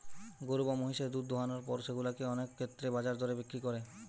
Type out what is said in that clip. গরু বা মহিষের দুধ দোহানোর পর সেগুলা কে অনেক ক্ষেত্রেই বাজার দরে বিক্রি করে